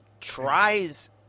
tries